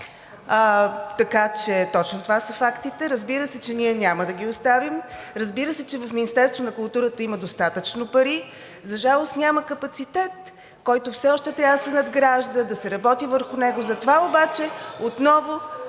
Точно това са фактите. Разбира се, че ние няма да ги оставим. Разбира се, че в Министерството на културата има достатъчно пари. За жалост, няма капацитет, който все още трябва да се надгражда, да се работи върху него. Затова обаче отново